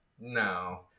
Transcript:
No